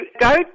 go